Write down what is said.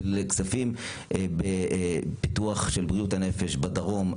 כספים בביטוח של בריאות הנפש בדרום,